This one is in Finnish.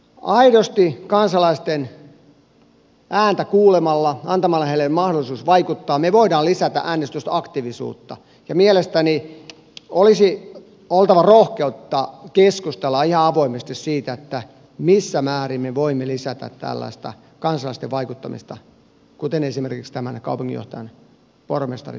aidosti kansalaisten ääntä kuulemalla antamalla heille mahdollisuuden vaikuttaa me voimme lisätä äänestysaktiivisuutta ja mielestäni olisi oltava rohkeutta keskustella ihan avoimesti siitä missä määrin me voimme lisätä tällaista kansalaisten vaikuttamista kuten esimerkiksi tämän kaupunginjohtajan pormestarin valinnan suhteen